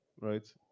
right